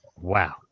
Wow